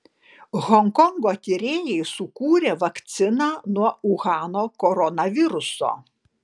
honkongo tyrėjai sukūrė vakciną nuo uhano koronaviruso